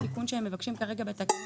התיקון שהם מבקשים בתקנה: